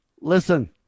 Listen